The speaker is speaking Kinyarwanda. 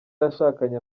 yashakanye